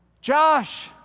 Josh